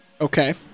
Okay